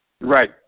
Right